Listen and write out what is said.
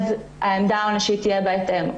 העמדה העונשית תהיה בהתאם.